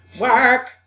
Work